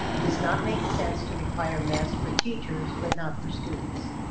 it does not make sense to require masks for teachers but not for students.